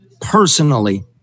personally